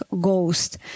ghost